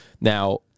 Now